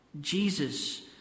Jesus